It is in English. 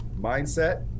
Mindset